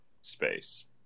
space